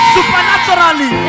Supernaturally